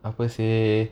apa seh